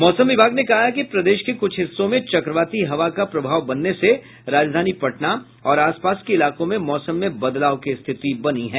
मौसम विभाग ने कहा है कि प्रदेश के कुछ हिस्सों में चक्रवाती हवा का प्रभाव बनने से राजधानी पटना और आसपास के इलाकों में मौसम में बदलाव की स्थिति बनी है